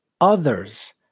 others